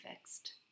fixed